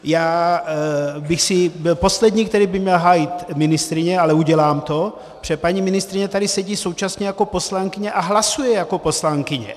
Já bych byl poslední, který by měl hájit ministryni, ale udělám to, protože paní ministryně tady sedí současně jako poslankyně a hlasuje jako poslankyně.